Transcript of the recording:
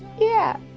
yeah.